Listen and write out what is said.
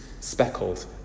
speckled